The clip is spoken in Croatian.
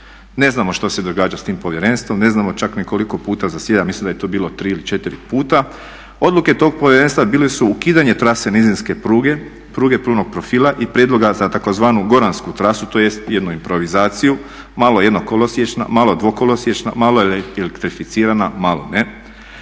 Ne znamo što se događa s tim povjerenstvom, ne znamo čak ni koliko puta zasjeda, mislim da je to bilo 3 ili 4 puta. Odluke tog povjerenstva bile su ukidanje trase nizinske pruge, pruge punog profila i prijedloga za tzv. goransku trasu tj. jednu improvizaciju malo jednokolosiječna, malo dvokolosiječna, malo elektrificirana, malo ne.